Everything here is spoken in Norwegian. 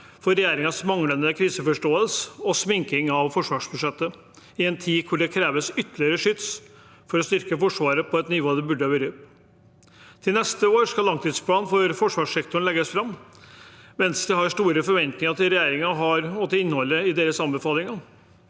for regjeringens manglende kriseforståelse og sminking av forsvarsbudsjettet i en tid hvor det kreves ytterligere skyts for å styrke Forsvaret opp til det nivået det burde ha vært. Neste år skal langtidsplanen for forsvarssektoren legges fram. Venstre har store forventninger til regjeringen og til innholdet i deres anbefalinger.